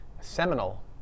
seminal